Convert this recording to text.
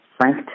Frank